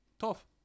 tough